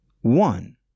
One